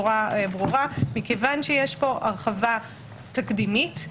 כיוון שיש פה הרחבה תקדימית,